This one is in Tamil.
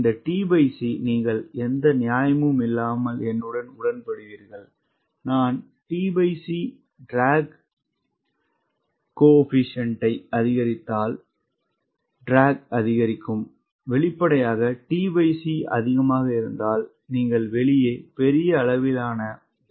இந்த tc நீங்கள் எந்த நியாயமும் இல்லாமல் என்னுடன் உடன்படுவீர்கள் நான் tc ட்ராக் கோஏபிசின்ட் அதிகரித்தால் இழுவும் அதிகரிக்கும் வெளிப்படையாக tc அதிகமாக இருந்தால் நீங்கள் வெளியே பெரிய அளவிலான திரவத்தைத் தொந்தரவு செய்கிறீர்கள்